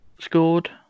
scored